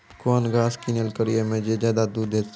कौन घास किनैल करिए ज मे ज्यादा दूध सेते?